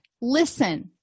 Listen